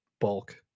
bulk